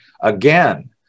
again